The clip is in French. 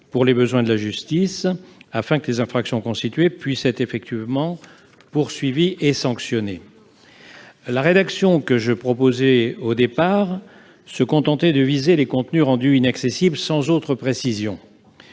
pour les besoins de la justice, afin que les infractions constituées puissent être effectivement poursuivies et sanctionnées. La rédaction initiale de mon amendement visait les contenus rendus inaccessibles, sans autre précision.